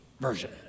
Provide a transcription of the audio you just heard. version